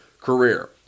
career